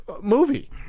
movie